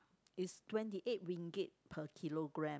is twenty eight ringgit per kilogram